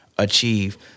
Achieve